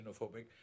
xenophobic